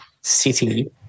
city